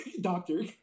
doctor